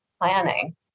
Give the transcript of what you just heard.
planning